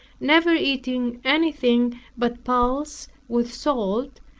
never eating anything but pulse with salt,